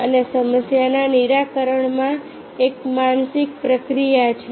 અને સમસ્યાના નિરાકરણમાં એક માનસિક પ્રક્રિયા છે